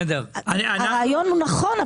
הרעיון הוא נכון,